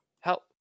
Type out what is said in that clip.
Help